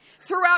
Throughout